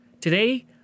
Today